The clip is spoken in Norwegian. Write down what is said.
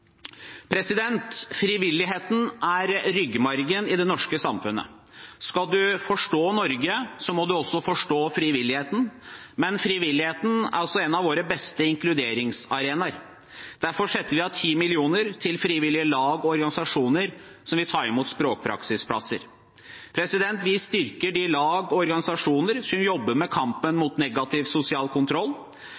Frivilligheten er ryggmargen i det norske samfunnet. Skal man forstå Norge, må man også forstå frivilligheten. Frivilligheten er en av våre beste inkluderingsarenaer. Derfor setter vi av 10 mill. kr til frivillige lag og organisasjoner, som vil ta imot språkpraksisplasser. Vi styrker de lag og organisasjoner som jobber med kampen